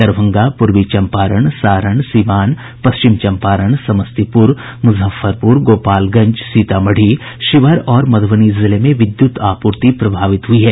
दरभंगा पूर्वी चम्पारण सारण सीवान पश्चिम चम्पारण समस्तीपुर मुजफ्फरपुर गोपालगंज सीतामढ़ी शिवहर और मधुबनी जिले में विद्युत आपूर्ति प्रभावित हुई है